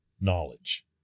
knowledge